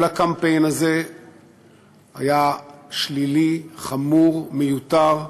כל הקמפיין הזה היה שלילי, חמור, מיותר,